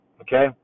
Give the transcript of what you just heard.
okay